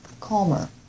calmer